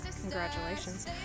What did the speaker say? congratulations